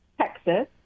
Texas